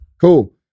Cool